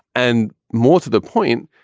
and more to the point,